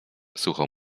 sucho